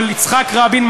של יצחק רבין,